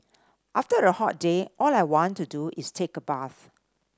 after a hot day all I want to do is take a bath